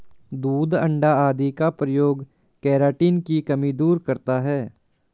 दूध अण्डा आदि का प्रयोग केराटिन की कमी दूर करता है